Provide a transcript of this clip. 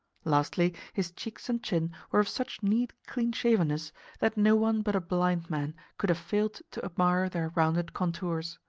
lastly, his cheeks and chin were of such neat clean-shavenness that no one but a blind man could have failed to admire their rounded contours.